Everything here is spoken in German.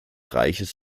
reiches